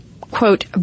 quote